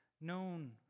known